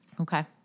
Okay